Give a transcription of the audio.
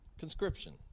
Conscription